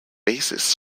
bassist